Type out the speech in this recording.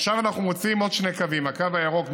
עכשיו אנחנו מוציאים עוד שני קווים: הקו הירוק,